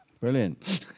Brilliant